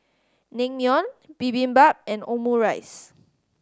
Naengmyeon Bibimbap and Omurice